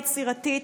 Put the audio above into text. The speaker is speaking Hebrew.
יצירתית,